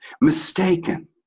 mistaken